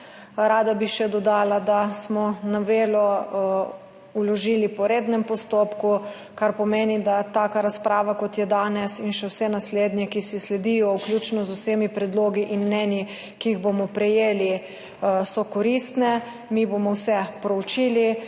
Rada bi še dodala, da smo novelo vložili po rednem postopku, kar pomeni, da so taka razprava, kot je danes, in še vse naslednje, ki sledijo, vključno z vsemi predlogi in mnenji, ki jih bomo prejeli, koristne. Mi bomo vse proučili,